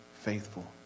faithful